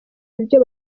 ibyo